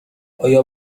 آیا